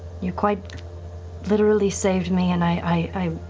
you quite literally saved me and i